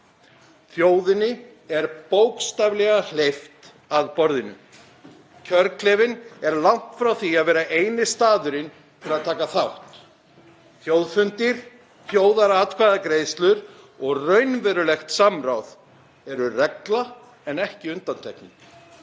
Þjóðinni er bókstaflega hleypt að borðinu. Kjörklefinn er langt frá því að vera eini staðurinn til að taka þátt. Þjóðfundir, þjóðaratkvæðagreiðslur og raunverulegt samráð eru regla en ekki undantekning.